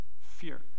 fear